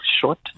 short